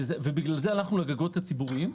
ובגלל זה, הלכנו לגגות הציבוריים.